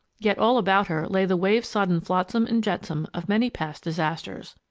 yet all about her lay the wave-sodden flotsam and jetsam of many past disasters.